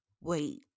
Wait